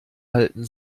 halten